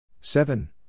seven